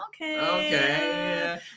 okay